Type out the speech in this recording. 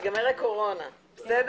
בשעה 11:12.